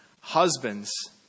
Husbands